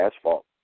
asphalt